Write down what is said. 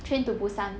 train to busan